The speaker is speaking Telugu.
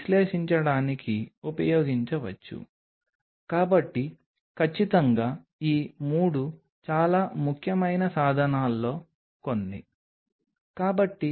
సరిగ్గా ప్రాసెస్ చేయబడిన రకం వారు వేరే రకమైన అటాచ్మెంట్ని కలిగి ఉండవచ్చు మరియు ఆ అటాచ్మెంట్